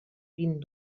vint